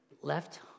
left